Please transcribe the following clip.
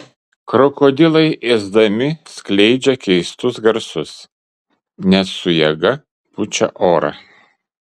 krokodilai ėsdami skleidžia keistus garsus nes su jėga pučia orą